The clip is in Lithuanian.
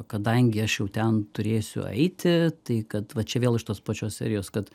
kadangi aš jau ten turėsiu eiti tai kad va čia vėl iš tos pačios serijos kad